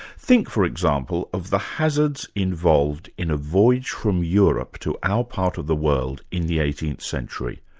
think, for example, of the hazards involved in a voyage from europe to our part of the world in the eighteenth century.